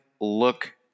Look